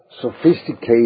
Sophisticated